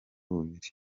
bubiri